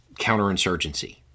counterinsurgency